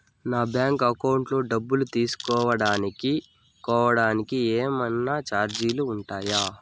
నా bank account లోని డబ్బు తెలుసుకోవడానికి కోవడానికి ఏమన్నా చార్జీలు ఉంటాయా?